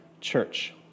Church